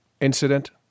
incident